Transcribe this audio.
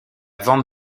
vente